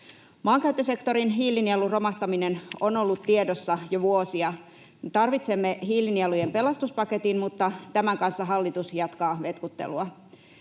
Maankäyttösektorin hiilinielun romahtaminen on ollut tiedossa jo vuosia. Me tarvitsemme hiilinielujen pelastuspaketin, mutta tämän kanssa hallitus jatkaa vetkuttelua.